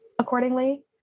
accordingly